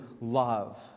love